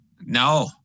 No